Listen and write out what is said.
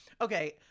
Okay